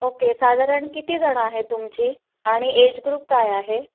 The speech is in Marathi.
ओके साधारण किती जण आहे तुमची आणि एज ग्रुप काय आहे